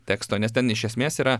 teksto nes ten iš esmės yra